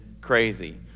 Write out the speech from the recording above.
crazy